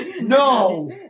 No